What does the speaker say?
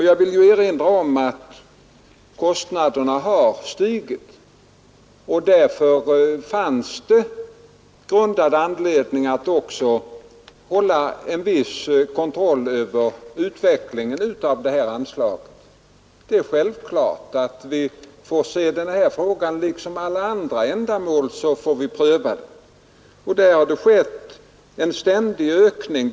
Jag vill erinra om att kostnaderna för svenskundervisningen har stigit, och därför finns det grundad anledning att hålla en viss kontroll över utvecklingen av det här anslaget. Det är självklart att vi liksom i fråga om alla andra ändamål får pröva också detta anslag. Det har skett en ständig kostnadsökning.